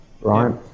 Right